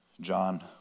John